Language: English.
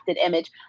image